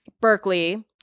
berkeley